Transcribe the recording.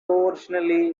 originally